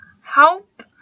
help